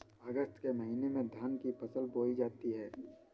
अगस्त के महीने में धान की फसल बोई जाती हैं